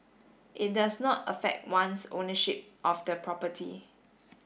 it does not affect one's ownership of the property